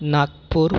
Nagpur